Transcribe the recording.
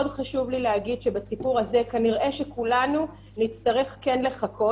חשוב לי להגיד שבסיפור הזה כולנו כנראה כן נצטרך לחכות.